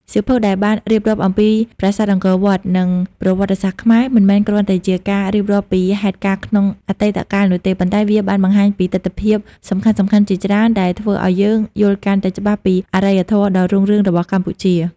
សៀវភៅដែលបានរៀបរាប់អំពីប្រាសាទអង្គរវត្ត និងប្រវត្តិសាស្ត្រខ្មែរ មិនមែនគ្រាន់តែជាការរៀបរាប់ពីហេតុការណ៍ក្នុងអតីតកាលនោះទេ ប៉ុន្តែវាបានបង្ហាញពីទិដ្ឋភាពសំខាន់ៗជាច្រើន ដែលធ្វើឲ្យយើងយល់កាន់តែច្បាស់ពីអរិយធម៌ដ៏រុងរឿងរបស់កម្ពុជា។